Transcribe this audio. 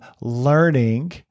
learning